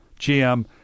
GM